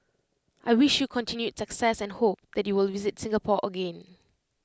I wish you continued success and hope that you will visit Singapore again